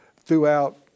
throughout